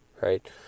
right